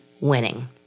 winning